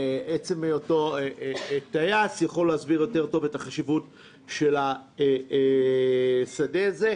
בשל עצם היותו טייס הוא יכול להסביר יותר טוב את החשיבות של השדה הזה,